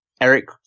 Eric